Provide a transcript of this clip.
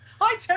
hi